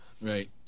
Right